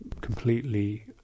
completely